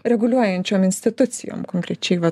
reguliuojančiom institucijom konkrečiai va